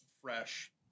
Fresh